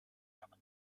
yana